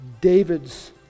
David's